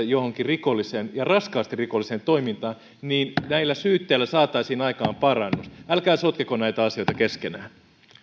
johonkin rikolliseen ja raskaasti rikolliseen toimintaan niin näillä syytteillä saataisiin aikaan parannus älkää sotkeko näitä asioita keskenään